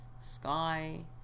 sky